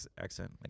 accent